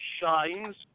shines